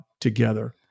together